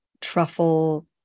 truffle